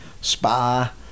spa